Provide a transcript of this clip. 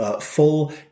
full